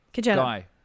Guy